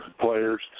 players